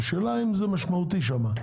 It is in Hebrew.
השאלה היא אם זה משמעותי שם.